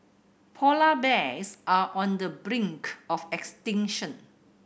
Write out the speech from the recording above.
polar bears are on the brink of extinction